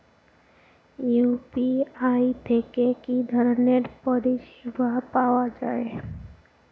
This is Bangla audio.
ইউ.পি.আই থেকে কি ধরণের পরিষেবা পাওয়া য়ায়?